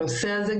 הנושא הזה,